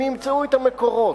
הן ימצאו את המקורות.